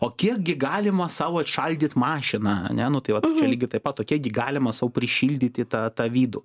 o kiek gi galima sau atšaldyt mašiną ane nu tai vat lygiai taip pat o kiek gi galima sau prišildyti tą tą vidų